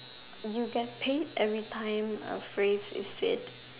you get paid everytime a phrase is said